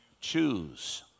choose